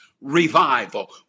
revival